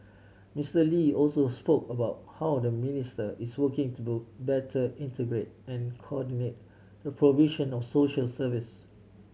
Mister Lee also spoke about how the ministry is working better integrate and coordinate the provision of social services